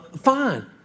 Fine